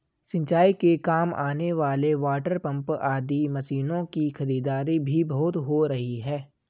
सिंचाई के काम आने वाले वाटरपम्प आदि मशीनों की खरीदारी भी बहुत हो रही है